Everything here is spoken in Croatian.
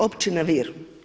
Općina Vir.